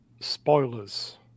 spoilers